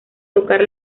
tocar